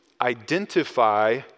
identify